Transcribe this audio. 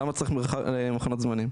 למה צריך מחנות זמניים?